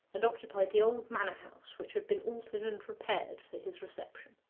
and occupied the old manor-house, which had been altered and repaired for his reception.